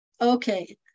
okay